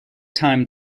time